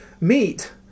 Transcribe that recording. meet